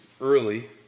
early